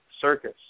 circus